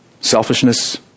Selfishness